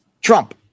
Trump